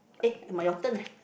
eh my your turn eh